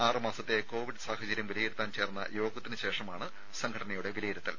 ആറുമാസത്തെ Covid സാഹചര്യം വിലയിരുത്താൻ ചേർന്ന യോഗത്തിന് ശേഷമാണ് സംഘടനയുടെ വിലയിരുത്തൽ